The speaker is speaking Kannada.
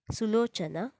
ಸುಲೋಚನಾ